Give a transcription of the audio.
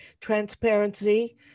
transparency